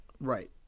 right